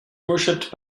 worshipped